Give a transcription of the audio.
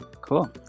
Cool